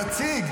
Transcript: נציג.